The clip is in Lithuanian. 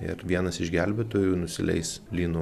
ir vienas iš gelbėtojų nusileis lynu